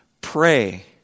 Pray